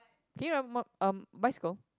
can you um bicycle